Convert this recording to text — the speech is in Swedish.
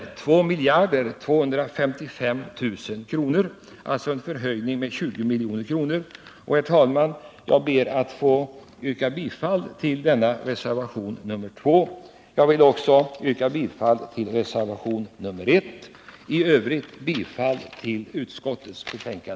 Vårt yrkande skall alltså innebära en höjning i förhållande till budgetpropositionen med 20 milj.kr. Herr talman! Jag ber att få hemställa om bifall till reservationen 2 med denna ändring. Jag ber också att få yrka bifall till reservationen 1. I övrigt yrkar jag bifall till utskottets hemställan.